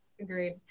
Agreed